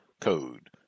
code